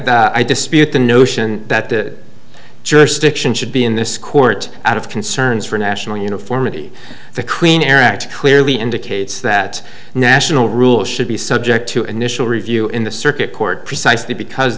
i dispute the notion that the jurisdiction should be in this court out of concerns for national uniformity the queen air act clearly indicates that national rule should be subject to initial review in the circuit court precisely because